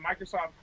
Microsoft